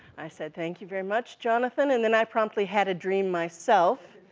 i said, thank you very much, jonathan, and then i promptly had a dream myself,